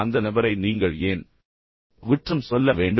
அந்த நபரை நீங்கள் ஏன் குற்றம் சொல்ல வேண்டும்